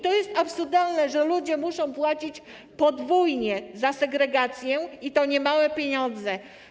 To jest absurdalne, że ludzie muszą płacić podwójnie za segregację, i to niemałe pieniądze.